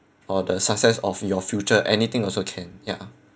or the success of your future anything also can ya